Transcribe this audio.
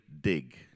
dig